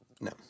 No